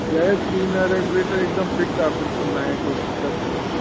gas बि न regulator हिकदमि फिट आहे बिल्कुल न आहे कोई दिक़त